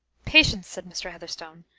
patience, said mr. heatherstone,